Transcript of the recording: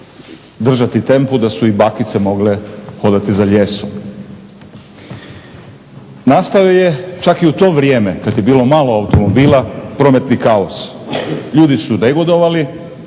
držati tempo da su i bakice mogle hodati za lijesom. Nastao je čak i u to vrijeme kada je bilo malo automobila prometni kaos. Ljudi su negodovali